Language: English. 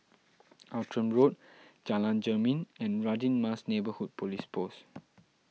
Outram Road Jalan Jermin and Radin Mas Neighbourhood Police Post